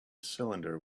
cylinder